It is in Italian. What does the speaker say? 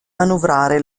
manovrare